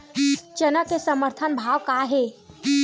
चना के समर्थन भाव का हे?